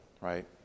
right